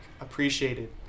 appreciated